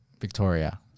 Victoria